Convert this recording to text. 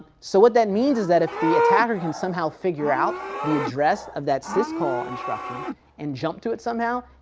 so what that means is that if the attacker can somehow figure out the address of that syscall instruction and jump to it somehow,